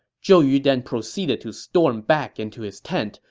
zhou yu then proceeded to storm back into his tent,